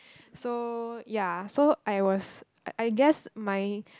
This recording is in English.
so ya so I was I I guess my